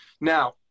Now